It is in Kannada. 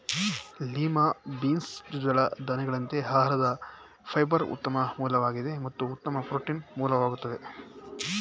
ಲಿಮಾ ಬೀನ್ಸ್ ದ್ವಿದಳ ಧಾನ್ಯಗಳಂತೆ ಆಹಾರದ ಫೈಬರ್ನ ಉತ್ತಮ ಮೂಲವಾಗಿದೆ ಮತ್ತು ಉತ್ತಮ ಪ್ರೋಟೀನ್ ಮೂಲವಾಗಯ್ತೆ